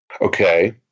Okay